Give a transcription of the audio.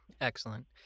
Excellent